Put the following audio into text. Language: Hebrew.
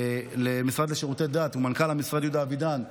למשרד לשירותי דת ולמנכ"ל המשרד יהודה אבידן,